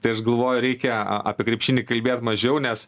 tai aš galvoju reikia a apie krepšinį kalbėt mažiau nes